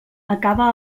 acaba